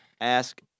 ask